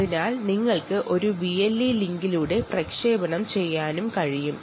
അതിനാൽ നിങ്ങൾക്ക് ഒരു BLE ലിങ്കിലൂടെ പ്രക്ഷേപണം ചെയ്യാനും കഴിയും